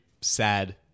sad